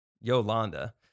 Yolanda